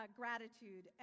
gratitude